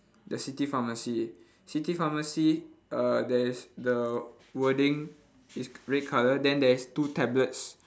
the city pharmacy city pharmacy uh there is the wording is grey colour then there is two tablets